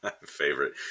Favorite